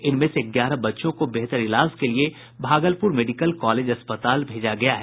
इनमें से ग्यारह बच्चों को बेहतर इलाज के लिए भागलपुर मेडिकल कॉलेज अस्पताल भेजा गया है